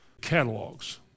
catalogs